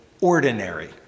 ordinary